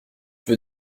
veux